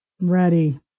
Ready